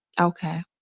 Okay